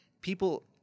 people